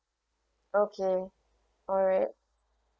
okay alright